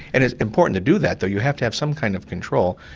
and it's important to do that though, you have to have some kind of control,